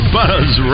Buzz